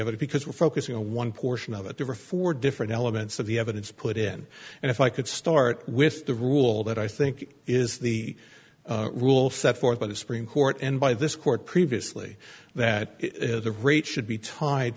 other because we're focusing on one portion of it there were four different elements of the evidence put in and if i could start with the rule that i think is the rule set forth by the supreme court and by this court previously that the rate should be tied